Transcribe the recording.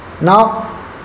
Now